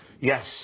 Yes